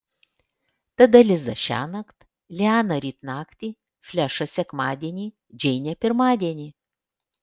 tada liza šiąnakt liana ryt naktį flešas sekmadienį džeinė pirmadienį